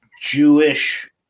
jewish